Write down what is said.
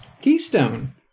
Keystone